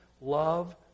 Love